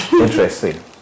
interesting